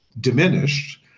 diminished